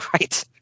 right